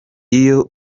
iyo